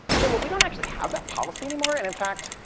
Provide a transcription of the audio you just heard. yeah, well we don't actually have that policy anymore, and in fact,